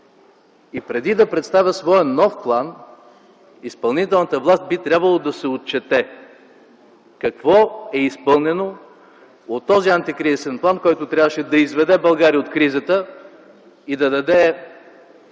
И преди да представи своя нов план, изпълнителната власт би трябвало да се отчете - какво е изпълнено от този антикризисен план, който трябваше да изведе България от кризата и да даде